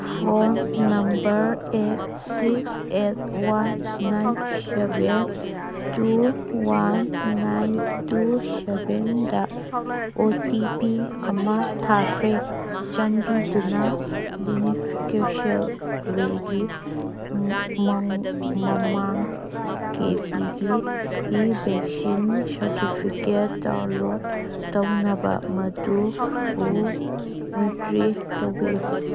phone number eight six eight one nine seven two one nine two ꯁꯚꯦꯟꯗ O T P ꯑꯃ ꯊꯥꯈ꯭ꯔꯦ ꯆꯥꯟꯕꯤꯗꯨꯅ ꯕꯤꯅꯤꯐꯤꯀꯦꯁꯦꯜꯔꯦꯒꯤ ꯃꯃꯥꯡ ꯀꯦꯕꯤꯒꯤ ꯚꯦꯛꯁꯤꯟ ꯁꯥꯔꯇꯤꯐꯤꯀꯦꯠ ꯗꯥꯎꯟꯂꯣꯠ ꯇꯧꯅꯕ ꯃꯗꯨꯕꯨ ꯑꯦꯟꯇ꯭ꯔꯤ ꯇꯧꯕꯤꯌꯨ